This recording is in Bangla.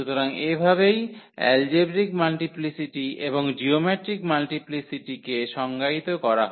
সুতরাং এইভাবেই এলজেব্রিক মাল্টিপ্লিসিটি এবং জিওমেট্রিক মাল্টিপ্লিসিটি কে সংজ্ঞায়িত করা হয়